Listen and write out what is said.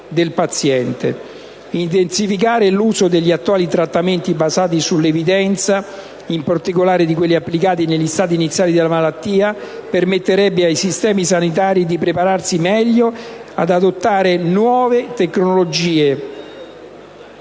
Intensificare l'uso degli attuali trattamenti basati sull'evidenza, in particolare di quelli applicati negli stadi iniziali della malattia, permetterebbe ai sistemi sanitari di prepararsi meglio ad adottare nuove tecnologie